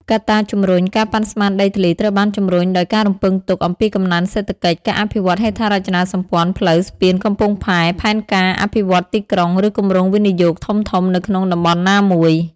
កត្តាជំរុញ ការប៉ាន់ស្មានដីធ្លីត្រូវបានជំរុញដោយការរំពឹងទុកអំពីកំណើនសេដ្ឋកិច្ច ការអភិវឌ្ឍហេដ្ឋារចនាសម្ព័ន្ធ ផ្លូវ ស្ពាន កំពង់ផែ ផែនការអភិវឌ្ឍន៍ទីក្រុង ឬគម្រោងវិនិយោគធំៗនៅក្នុងតំបន់ណាមួយ។